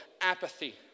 apathy